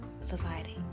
Society